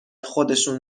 خودشون